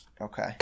okay